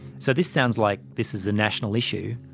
so this sounds like this is a national issue.